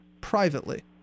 privately